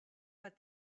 but